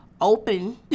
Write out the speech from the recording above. open